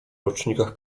rocznikach